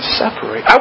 separate